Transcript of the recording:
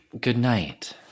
Goodnight